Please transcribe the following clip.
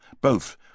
Both